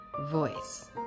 voice